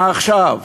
מה עכשיו?